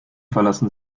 verlassen